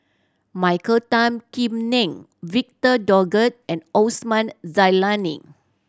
Michael Tan Kim Nei Victor Doggett and Osman Zailani